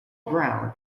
brown